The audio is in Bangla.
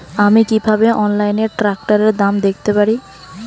আমি কিভাবে অনলাইনে ট্রাক্টরের দাম দেখতে পারি?